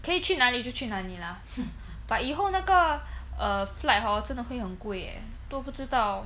可以去哪里就去哪里 lah but 以后那个 err flight hor 真的会很贵耶都不知道